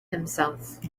himself